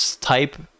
type